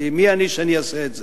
מי אני שאני אעשה את זה?